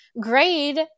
grade